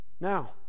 Now